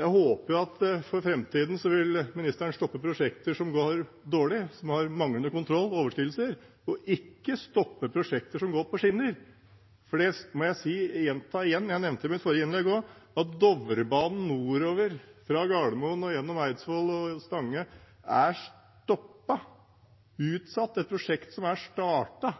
overskridelser, og ikke stoppe prosjekter som går på skinner. Jeg vil gjenta det jeg nevnte i mitt forrige innlegg også: Dovrebanen nordover fra Gardermoen og gjennom Eidsvoll og Stange er stoppet – utsatt. Det er et prosjekt som er startet.